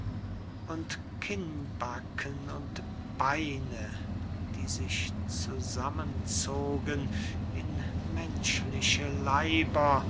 und kinnbacken und beine die sich zusammenzogen in menschliche leiber